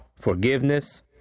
Forgiveness